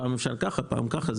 פעם אפשר ככה ופעם ככה.